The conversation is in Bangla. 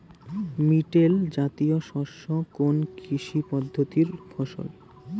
মিলেট জাতীয় শস্য কোন কৃষি পদ্ধতির ফসল?